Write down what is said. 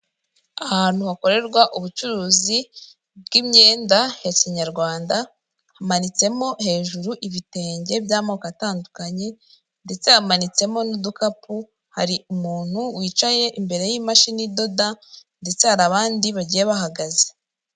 Ahantu hakorerwa ubucuruzi bw'imyenda ya Kinyarwanda, hamanitsemo hejuru ibitenge by'amoko atandukanye, ndetse yamanitsemo n'udukapu, hari umuntu wicaye imbere y'imashini idoda ndetse hari abandi bagiye bahagaze.